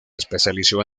especializó